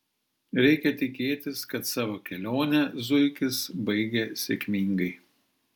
reikia tikėtis kad savo kelionę zuikis baigė sėkmingai